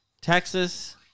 Texas